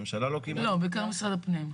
בעיקר משרד הפנים.